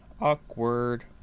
Awkward